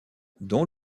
dont